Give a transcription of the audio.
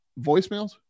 voicemails